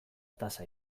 tasa